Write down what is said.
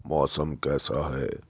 موسم کیسا ہے